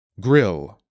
Grill